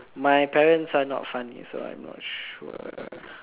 my parents are not funny so I'm not sure